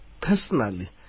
personally